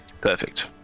Perfect